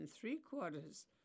three-quarters